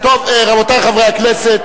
רבותי חברי הכנסת,